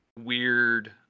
weird